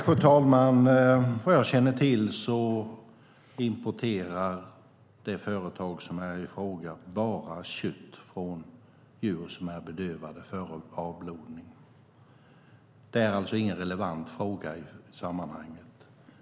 Fru talman! Vad jag känner till importerar det företag som är i fråga bara kött från djur som är bedövade före avblodning. Det är alltså ingen relevant fråga i sammanhanget.